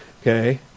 okay